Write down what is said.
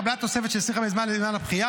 קבלת תוספת של 25% זמן בבחינה,